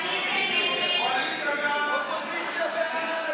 ההצעה להעביר לוועדה את הצעת חוק הביטוח הלאומי